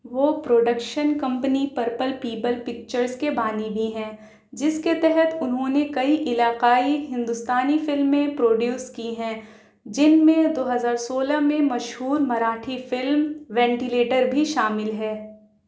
وہ production company Purple Pebble Pictures کی بانی بھی ہیں جس کے تحت انہوں نے کئی علاقائی ہندوستانی فلمیں پروڈیوس کی ہیں جن میں دو ہزار سولہ میں مشہور مراٹھی فلم وینٹیلیٹر بھی شامل ہے